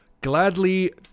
gladly